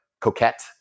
Coquette